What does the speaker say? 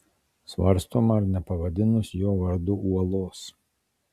svarstoma ar nepavadinus jo vardu uolos